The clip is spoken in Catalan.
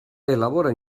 elabora